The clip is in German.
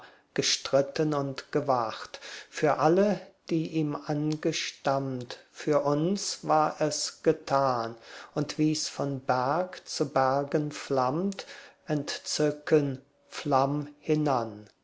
gestritten und gewacht für alle die ihm angestammt für uns war es getan und wie's von berg zu bergen flammt entzücken flamm hinan